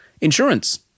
Insurance